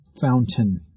fountain